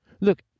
Look